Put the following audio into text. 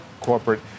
corporate